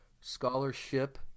scholarship